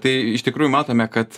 tai iš tikrųjų matome kad